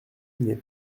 n’est